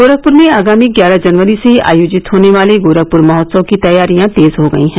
गोरखपुर में आगामी ग्यारह जनवरी से आयोजित होने वाले गोरखपुर महोत्सव की तैयारियां तेज हो गयी हैं